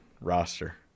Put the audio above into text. roster